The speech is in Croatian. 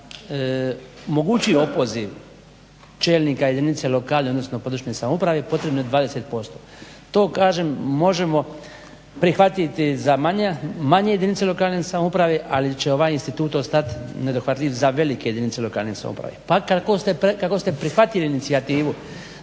mogući opoziv čelnika jedinica lokalne odnosno područne samouprave potrebno je 20%. To kažem možemo prihvatiti za manje jedinice lokalne samouprave ali će ovaj institut ostat nedohvatljiv za velike jedinice lokalne samouprave, pa kako ste prihvatili inicijativu